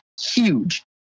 huge